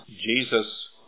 Jesus